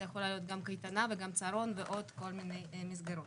זה יכול להיות גם קייטנה וגם צהרון ועוד כל מיני מסגרות.